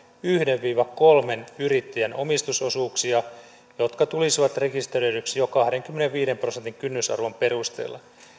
yhden viiva kolmen yrittäjän omistusosuuksia jotka tulisivat rekisteröidyksi jo kahdenkymmenenviiden prosentin kynnysarvon perusteella yrityksen